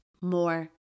more